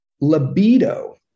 libido